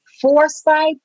foresight